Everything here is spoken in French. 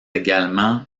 également